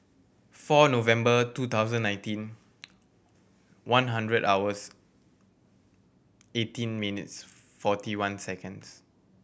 four November two thousand nineteen one hundred hours eighteen minutes forty one seconds